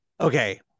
okay